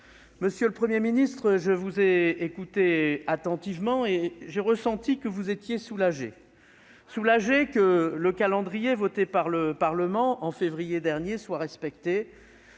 Monsieur le Premier ministre, je vous ai écouté attentivement et je vous ai senti soulagé : soulagé que le calendrier adopté par le Parlement en février dernier soit respecté